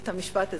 את המשפט הזה?